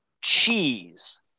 cheese